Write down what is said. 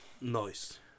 Nice